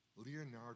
Leonardo